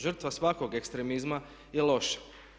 Žrtva svakog ekstremizma je loša.